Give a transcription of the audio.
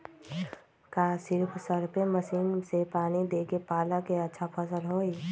का सिर्फ spray machine से पानी देके पालक के अच्छा फसल होई?